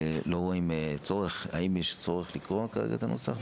לא רואים צורך האם יש צורך לקרוא את הנוסח?